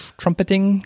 trumpeting